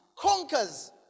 conquers